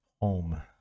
home